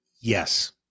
Yes